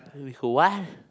we could what